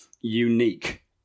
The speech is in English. unique